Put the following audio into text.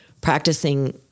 practicing